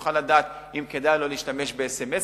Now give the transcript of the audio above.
יוכל לדעת אם כדאי לו להשתמש באס.אם.אסים,